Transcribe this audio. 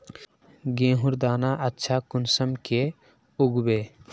गेहूँर दाना अच्छा कुंसम के उगबे?